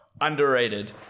underrated